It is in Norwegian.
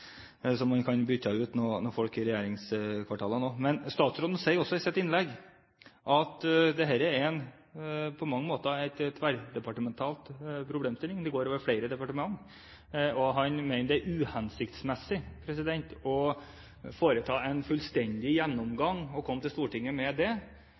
man kan få byttet ut folk i regjeringskvartalet. Statsråden sier også i sitt innlegg at dette på mange måter er en tverrdepartemental problemstilling, at den går over flere departementer. Han mener det er uhensiktsmessig å foreta en fullstendig gjennomgang og komme til Stortinget med den, fordi det